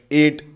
eight